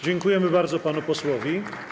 Dziękujemy bardzo panu posłowi.